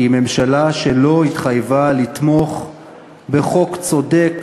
כי היא ממשלה שלא התחייבה לתמוך בחוק צודק